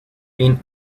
been